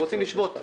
הם רוצים לשבות.